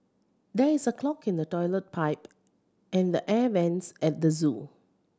there is a clog in the toilet pipe and the air vents at the zoo